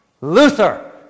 Luther